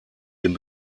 den